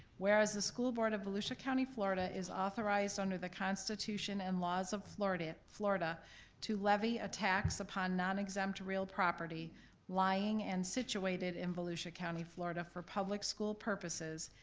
whereas the school board of volusia county, florida is authorized under the constitution and laws of florida and florida to levy a tax upon nonexempt real property lying and situated in volusia county, florida for public school purposes.